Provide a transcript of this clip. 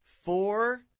Four